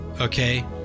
okay